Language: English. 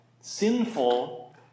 sinful